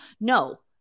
No